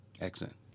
Excellent